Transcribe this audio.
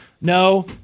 no